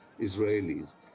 Israelis